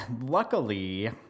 luckily